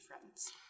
friends